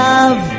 Love